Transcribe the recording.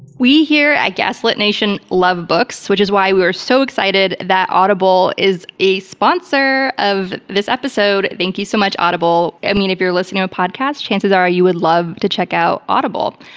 we, here at gaslit nation love books, which is why we were so excited that audible is a sponsor of this episode. thank you so much, audible. i mean, if you're listening to our podcast, chances are you would love to check out audible.